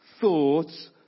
thoughts